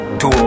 Two